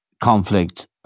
conflict